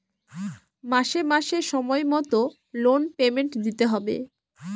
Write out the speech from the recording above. মাসে মাসে সময় মতো লোন পেমেন্ট দিতে হয়